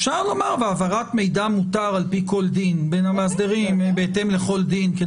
אפשר לומר: "בהעברת מידע מותר על-פי כל דין בין המאסדרים" כדי לחזק.